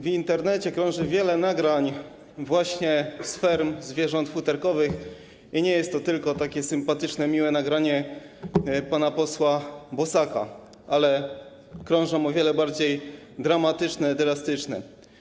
W Internecie krąży wiele nagrań z ferm zwierząt futerkowych i nie jest to tylko takie sympatyczne, miłe nagranie pana posła Bosaka, ale krążą nagrania o wiele bardziej dramatyczne, drastyczne.